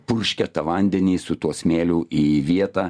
purškia vandenį su tuo smėliu į vietą